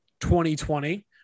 2020